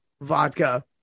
vodka